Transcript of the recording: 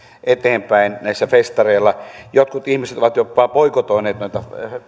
eteenpäin näillä festareilla jotkut ihmiset ovat jopa boikotoineet noita